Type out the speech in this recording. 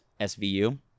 SVU